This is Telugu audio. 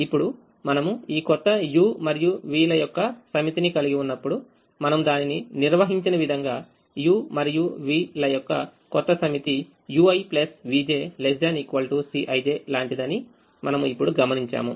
ఇప్పుడు మనము ఈ కొత్త u మరియు vల యొక్క సమితిని కలిగి ఉన్నప్పుడు మనము దానిని నిర్వహించిన విధంగా u మరియు v ల యొక్క కొత్త సమితి uivj ≤ Cij లాంటిదని మనము ఇప్పుడు గమనించాము